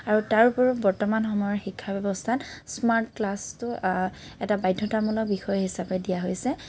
আৰু তাৰ উপৰিও বৰ্তমান সময়ত শিক্ষা ব্যৱস্থাত স্মাৰ্ট ক্লাছটো এটা বাধ্যতামূলক বিষয় হিচাপে দিয়া হৈছে